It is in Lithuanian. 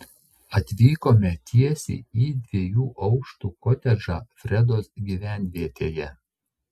atvykome tiesiai į dviejų aukštų kotedžą fredos gyvenvietėje